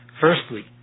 Firstly